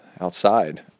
outside